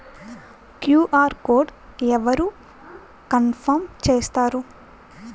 QR code అవరు confirm చేస్తారు?